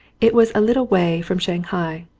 it was a little way from shanghai,